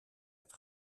het